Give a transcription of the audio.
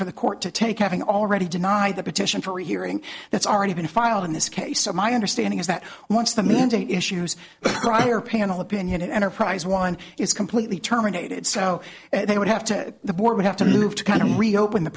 for the court to take having already denied the petition for a hearing that's already been filed in this case so my understanding is that once the minting issues prior panel opinion enterprise one is completely terminated so they would have to the board would have to move to kind of reopen the